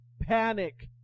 panic